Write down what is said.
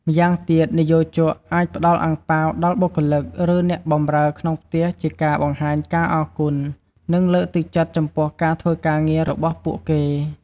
ម្យ៉ាងទៀតនិយោជក អាចផ្ដល់អាំងប៉ាវដល់បុគ្គលិក ឬអ្នកបម្រើក្នុងផ្ទះជាការបង្ហាញការអរគុណ និងលើកទឹកចិត្តចំពោះការធ្វើការងាររបស់ពួកគេ។